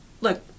Look